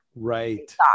Right